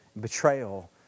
betrayal